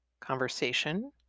conversation